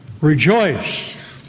rejoice